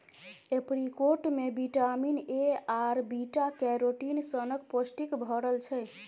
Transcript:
apricot मे vitamin A आर beta carotene सनक पौष्टिक भरल छै